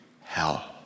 hell